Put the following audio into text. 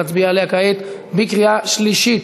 להצביע עליה כעת בקריאה שלישית.